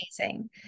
amazing